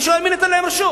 אני שואל: מי נתן להם רשות?